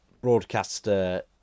broadcaster